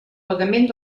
pagament